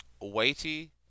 weighty